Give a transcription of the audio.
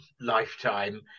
lifetime